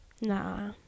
nah